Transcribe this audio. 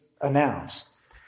announce